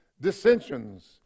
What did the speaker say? dissensions